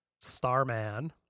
Starman